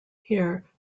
here